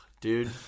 Dude